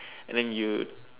and then you